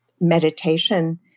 meditation